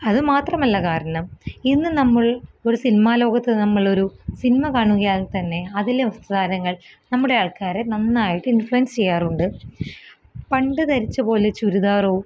അതുമാത്രമല്ല കാരണം ഇന്ന് നമ്മള് ഒരു സിനിമാ ലോകത്ത് നമ്മളൊരു സിനിമ കാണുകയാല്ത്തന്നെ അതിലെ വസ്ത്രധാരങ്ങള് നമ്മുടെ ആള്ക്കാരെ നന്നായിട്ട് ഇൻഫ്ലുവൻസ് ചെയ്യാറുണ്ട് പണ്ട് ധരിച്ചപോലെ ചുരിദാറോ